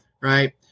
right